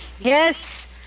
Yes